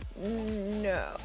No